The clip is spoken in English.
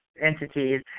entities